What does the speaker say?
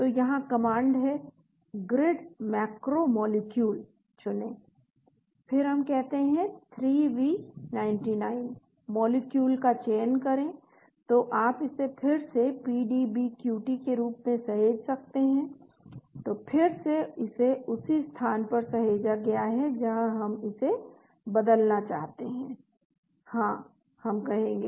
तो यहां कमांड है ग्रिड मैक्रो मॉलिक्यूल चुनें फिर हम कहते हैं 3V99 मॉलिक्यूल का चयन करें तो आप इसे फिर से PDBQT के रूप में सहेज सकते हैं तो फिर से इसे उसी स्थान पर सहेजा गया है जहां हम इसे बदलना चाहते हैं हां हम कहेंगे